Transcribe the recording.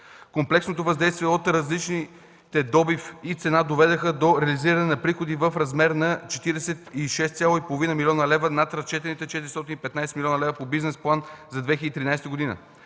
Комплексното въздействие от увеличените добив и цена доведоха до реализиране на приходи в размер на 46,5 млн. лв. над разчетените 415 млн. лв. по Бизнес план за 2013 г.